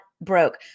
broke